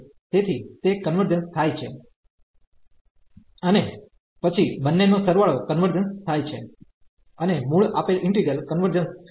તેથી તે કન્વર્જન્સ થાય છે અને પછી બંનેનો સરવાળો કન્વર્જન્સ થાય છે અને મૂળ આપેલ ઈન્ટિગ્રલ કન્વર્જન્સ થાય છે